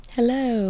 Hello